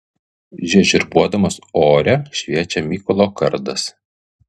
žiežirbuodamas ore šviečia mykolo kardas